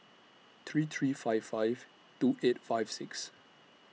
three three five five two eight five six